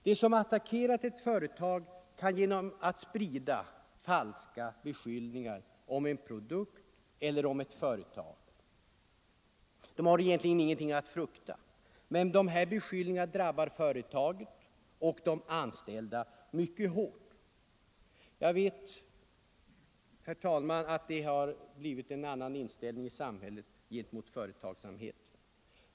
De som attackerat ett företag genom att sprida falska beskyllningar om företaget eller dess produkter har egentligen ingenting att frukta, men beskyllningarna drabbar företaget och de anställda mycket hårt. Jag vet, herr talman, att det har blivit en annan inställning i samhället miskt förtal gentemot företagsamhet.